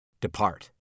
depart